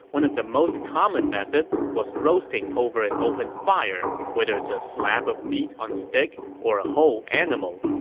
one of the most common methods was roasting over an open fire, whether it's a slab of meat on a stick or a whole animal.